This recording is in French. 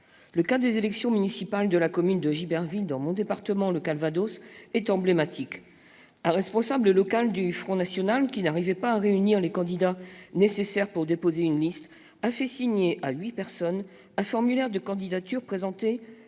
Le cas des élections municipales de la commune de Giberville, dans mon département, le Calvados, est emblématique. Un responsable local du Front national, qui n'arrivait pas à réunir les candidats nécessaires pour déposer une liste, a fait signer à huit personnes un formulaire de candidature présenté